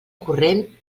corrent